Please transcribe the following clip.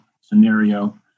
scenario